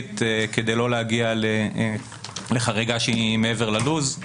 כדי לא להגיע לחריגה שהיא מעבר ללו"ז,